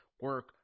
Work